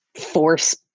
force